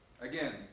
again